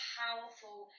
powerful